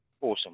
awesome